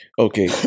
okay